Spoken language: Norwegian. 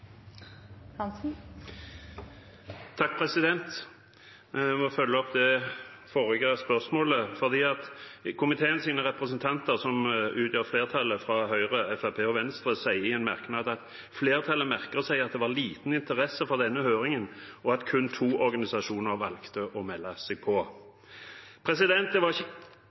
følge opp det forrige spørsmålet, for komiteens flertall, representantene fra Høyre, Fremskrittspartiet og Venstre, skriver i en merknad: «Flertallet merker seg at det var liten interesser for denne høringen, og at kun to organisasjoner valgte å melde seg på.» Det var ikke